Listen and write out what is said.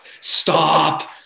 Stop